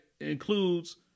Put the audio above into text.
includes